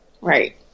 Right